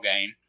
game